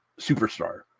superstar